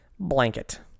Blanket